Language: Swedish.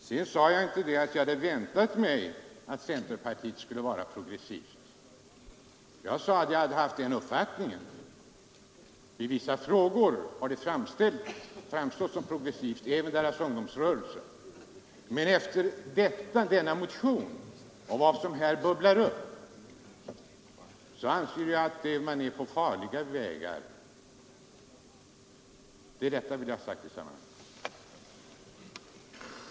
Jag sade inte att jag hade väntat mig att centerpartiet skulle vara progressivt; jag sade att det i vissa frågor hade framstått som progressivt och att även dess ungdomsrörelse hade gjort det. Men det som bubblar upp i denna motion visar att man är inne på farliga vägar. Det är detta jag vill ha sagt i sammanhanget.